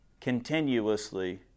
continuously